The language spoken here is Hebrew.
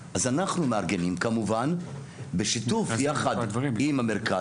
אז אנחנו מארגנים כמובן בשיתוף יחד עם המרכז.